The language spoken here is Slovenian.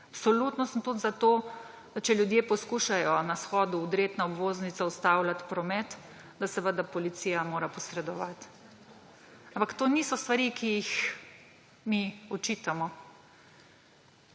Absolutno sem tudi za to, če ljudje poskušajo na shodu vdreti na obvoznico, ustavljati promet, da mora policija posredovati. Ampak to niso stvari, ki jih mi očitamo.